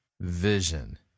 vision